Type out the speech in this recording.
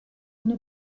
una